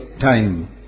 time